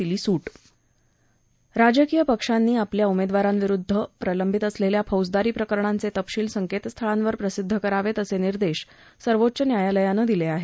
दिली सूट राजकीय पक्षांनी आपल्या उमेदवारांविरुद्ध प्रलंबित असलेल्या फौजदारी प्रकरणांचे तपशील संकेतस्थळांवर प्रसिद्ध करावेत असे निर्देश सर्वोच्च न्यायालयानं दिले आहेत